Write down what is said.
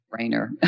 brainer